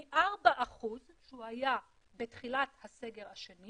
מ-4% שהוא היה בתחילת הסגר השני